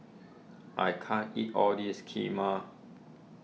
I can't eat all this Kheema